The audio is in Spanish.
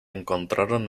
encontraron